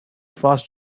first